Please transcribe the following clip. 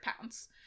pounds